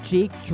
Jake